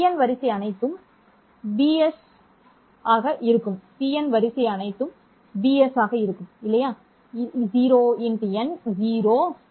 cn வரிசை அனைத்தும் bs சரியாக இருக்கும் அது ஒரு நிலையானது சரியானது